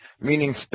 meaning